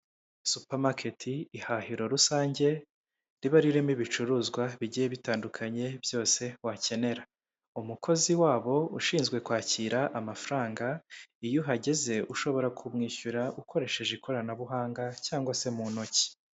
Supamaketi, ihahiro rusange riba ririmo ibicuruzwa bigiye bitandukanye byose wakenera, umukozi wabo ushinzwe kwakira amafaranga, iyo uhageze ushobora kumwishyura ukoresheje ikoranabuhanga cyangwa se mu ntoki.